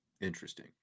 Interesting